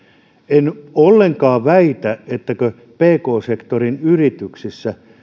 en ollenkaan väitä että pk sektorin yrityksissä